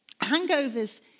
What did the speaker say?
hangovers